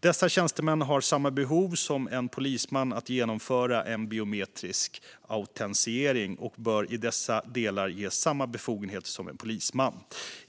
Dessa tjänstemän har samma behov som en polisman av att genomföra en biometrisk autentisering och bör i dessa delar ges samma befogenheter som en polisman.